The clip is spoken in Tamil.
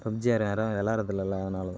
பப்ஜி வேற யாரும் விளாடுறதில்லலே அதனால் தான்